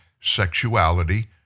sexuality